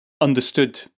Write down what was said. understood